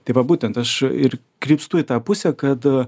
tai va būtent aš ir krypstu į tą pusę kad